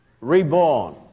reborn